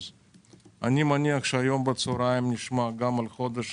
- אני מניח שהיום בצוהריים נשמע גם על חודש